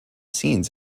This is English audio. scenes